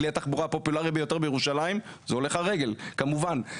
כלי התחבורה הפופולרי ביותר בירושלים זה הולך הרגל כמובן.